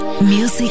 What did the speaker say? Music